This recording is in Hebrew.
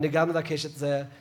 ואני גם מבקש את זה ממנו,